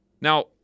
Now